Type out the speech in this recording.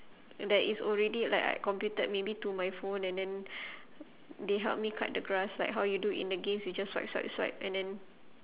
that is already like computed maybe to my phone and then they help me cut the grass like how you do in the games you just swipe swipe and then